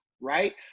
right